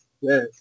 yes